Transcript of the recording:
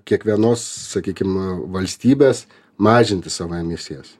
kiekvienos sakykim valstybės mažinti savo emisijas